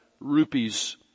Rupees